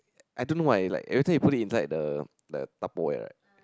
I don't know why like everyone you put it inside the the Tupperware right